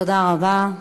תודה רבה.